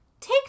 Take